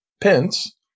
Pence